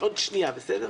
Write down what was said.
עוד שנייה, בסדר.